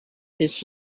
his